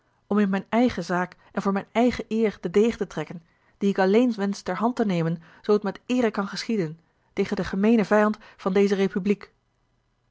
om in mijne eigene zaak en voor mijne eigene eer den degen te trekken dien ik alleen wensch ter hand te nemen zoo t met eere kan geschieden tegen den gemeenen vijand van deze republiek